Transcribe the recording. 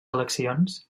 eleccions